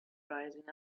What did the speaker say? rising